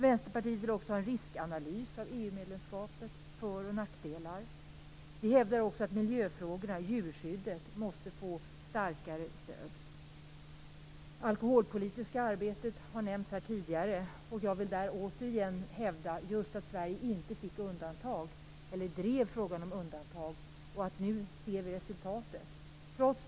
Vänsterpartiet vill också att det skall göras en riskanalys av EU-medlemskapets för och nackdelar. Vi hävdar också att miljöfrågorna och djurskyddet måste få ett starkare stöd. Det alkoholpolitiska arbetet har nämnts här tidigare. Sverige drev aldrig frågan om undantag, och nu kan vi se resultatet.